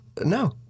No